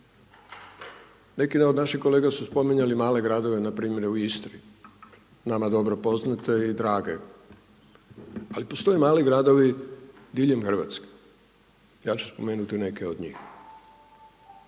Neki od naših kolega su spominjali male gradove na primjer u Istri nama dobro poznate i drage. Ali postoje mali gradovi diljem Hrvatske, ja ću spomenuti neke od njih.